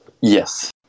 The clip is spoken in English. Yes